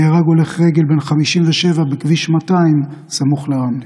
נהרג הולך רגל בן 57 בכביש 200 סמוך לרמלה.